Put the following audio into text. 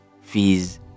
fees